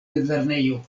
mezlernejo